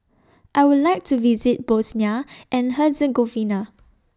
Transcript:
I Would like to visit Bosnia and Herzegovina